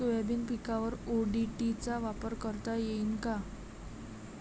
Soybean पिकावर ODT चा वापर करता येईन का?